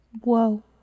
Whoa